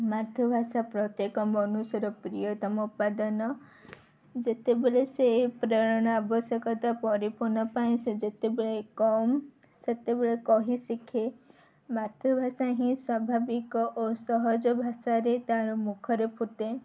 ମାତୃଭାଷା ପ୍ରତ୍ୟେକ ମନୁଷ୍ୟର ପ୍ରିୟତମ ଉପାଦାନ ଯେତେବେଳେ ସେ ପ୍ରେରଣା ଆବଶ୍ୟକତା ପରିପୂର୍ଣ୍ଣ ପାଇଁ ସେ ଯେତେବେଳେ କମ୍ ସେତେବେଳେ କହି ଶିଖେ ମାତୃଭାଷା ହିଁ ସ୍ୱାଭାବିକ ଓ ସହଜ ଭାଷାରେ ତା'ର ମୁଖରେ ଫୁଟେ